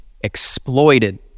exploited